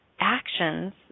actions